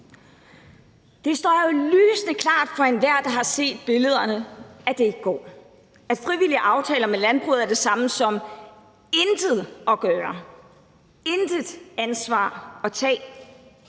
Det står jo lysende klart for enhver, der har set billederne af det i går, at frivillige aftaler med landbruget er det samme som intet at gøre, intet ansvar at tage.